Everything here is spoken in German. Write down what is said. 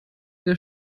der